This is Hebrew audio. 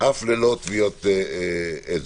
אף ללא טביעות אצבע.